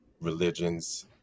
religions